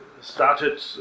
started